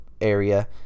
area